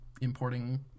importing